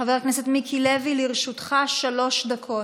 חבר הכנסת מיקי לוי, לרשותך שלוש דקות.